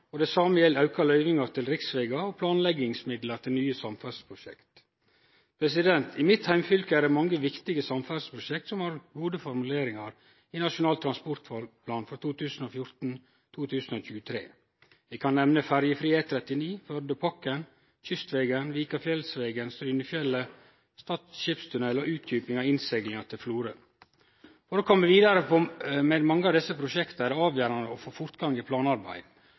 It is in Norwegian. og det same gjeld auka løyvingar til riksvegar og planleggingsmidlar til nye samferdsleprosjekt. I mitt heimfylke er det mange viktige samferdsleprosjekt som har gode formuleringar i Nasjonal transportplan for 2014–2023. Eg kan nemne ferjefri E39, Førdepakken, Kystvegen, Vikafjellsvegen, Strynefjellet, Stad Skipstunnel og utdjuping av innseglinga til Florø. For å kome vidare med mange av desse prosjekta er det avgjerande å få fortgang i planarbeidet,